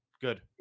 Good